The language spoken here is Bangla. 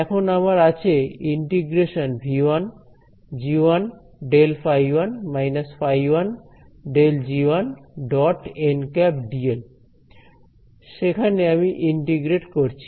এখন আমার আছে g1∇ϕ1 − ϕ1∇g1 · nˆ dl সেখানে আমি ইন্টিগ্রেট করছি